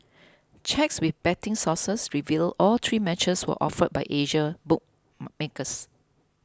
checks with betting sources revealed all three matches were offered by Asian bookmakers